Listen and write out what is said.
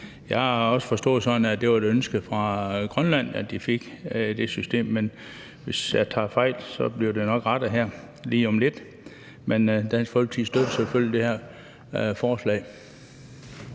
Jeg har også forstået det sådan, at det var et ønske fra Grønland, at de fik det system, men hvis jeg tager fejl, bliver det nok rettet her lige om lidt. Men Dansk Folkeparti støtter selvfølgelig det her forslag.